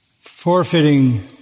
forfeiting